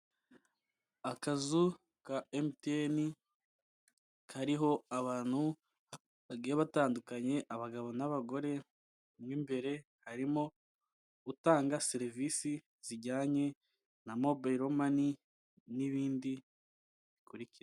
Akazu ka MTN kariho abantu bagiye batandukanye abagabo n'abagore imbere harimo utanga serivisi zijyanye na mobile money n'ibindi bikurikira.